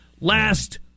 Last